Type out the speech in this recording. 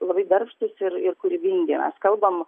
labai darbštūs ir ir kūrybingi mes kalbam